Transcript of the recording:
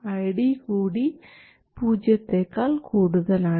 ID കൂടി പൂജ്യത്തെക്കാൾ കൂടുതൽ ആണ്